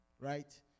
right